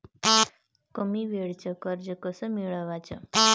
कमी वेळचं कर्ज कस मिळवाचं?